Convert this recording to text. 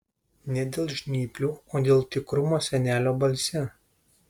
ne dėl žnyplių o dėl tikrumo senelio balse